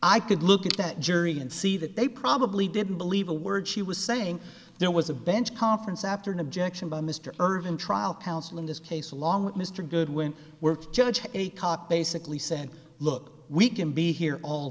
i could look at that jury and see that they probably didn't believe a word she was saying there was a bench conference after an objection by mr ervin trial counsel in this case along with mr goodwin worked judge and he caught basically said look we can be here all